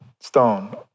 stone